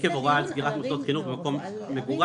עקב הוראה על סגירת מוסדות חינוך במקום מגוריו,